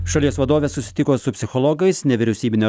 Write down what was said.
šalies vadovė susitiko su psichologais nevyriausybinių